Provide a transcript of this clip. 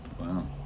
wow